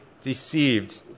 deceived